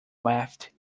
left